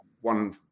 one